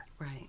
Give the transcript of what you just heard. Right